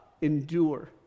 endure